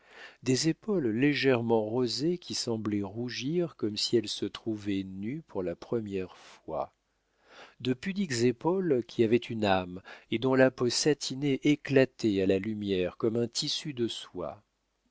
des épaules légèrement rosées qui semblaient rougir comme si elles se trouvaient nues pour la première fois de pudiques épaules qui avaient une âme et dont la peau satinée éclatait à la lumière comme un tissu de soie